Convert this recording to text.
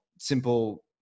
simple